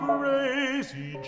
Crazy